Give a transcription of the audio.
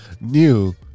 new